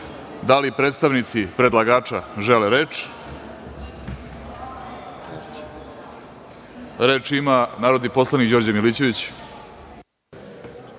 li predstavnici predlagača žele reč? Reč ima narodni poslanik Đorđe Milićević.